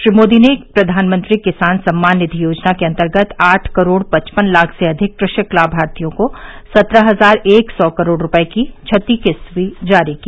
श्री मोदी ने प्रधानमंत्री किसान सम्मान निधि योजना के अंतर्गत आठ करोड़ पचपन लाख से अधिक कृषक लाभार्थियोंको सत्रह हजार एक सौ करोड़ रूपये की छठी किस्त भी जारी की